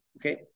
Okay